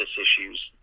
issues